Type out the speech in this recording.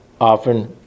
often